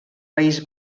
país